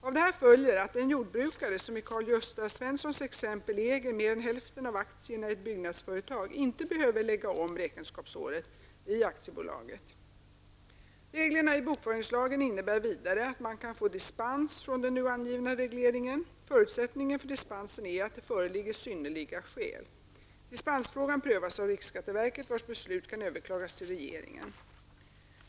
Av detta följer att den jordbrukare som i Karl-Gösta Svensons exempel äger mer än hälften av aktierna i ett byggnadsföretag inte behöver lägga om räkenskapsåret i aktiebolaget. Reglerna i bokföringslagen innebär vidare att man kan få dispens från den nu angivna regleringen. Förutsättningen för dispens är att det föreligger synnerliga skäl. Dispensfrågorna prövas av riksskatteverket, vars beslut kan överklagas till regeringen.